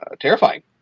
terrifying